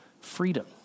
freedom